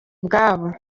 ubwabo